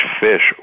fish